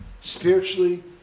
spiritually